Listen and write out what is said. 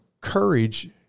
courage